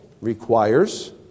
requires